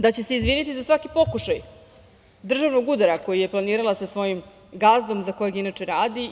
Da će se izviniti za svaki pokušaj državnog udara koji je planirala sa svojim gazdom za kojeg inače radi.